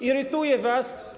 Irytuje was.